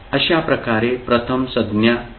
अशा प्रकारे प्रथम संज्ञा शून्य आहे